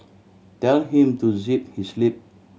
tell him to zip his lip